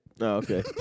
okay